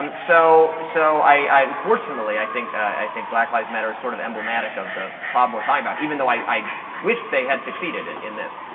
um so so unfortunately, i think i think black lives matter is sort of emblematic of the problem we're talking about, even though i i wish they had succeeded and in this.